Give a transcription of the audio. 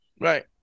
right